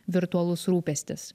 virtualus rūpestis